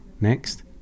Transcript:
Next